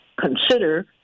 consider